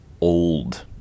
old